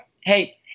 hey